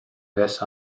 wes